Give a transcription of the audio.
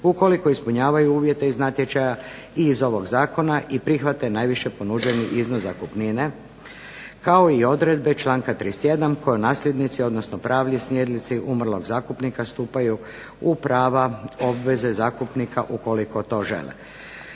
ukoliko ispunjavaju uvjete iz natječaja i iz ovog zakona i prihvate najviše ponuđeni iznos zakupnine kao o odredbe članka 31. koje nasljednici odnosno pravni sljednici umrlog zakupnika stupaju u prava obveze zakupnika ukoliko to žele.